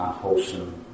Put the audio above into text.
unwholesome